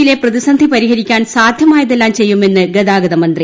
യിലെ പ്രതിസന്ധി പരിഹരിക്കാൻ സാധ്യമായതെല്ലാം ചെയ്യുമെന്ന് ഗതാഗത മന്ത്രി